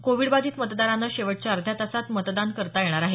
Covid बाधित मतदारांना शेवटच्या अध्या तासात मतदान करता येणार आहे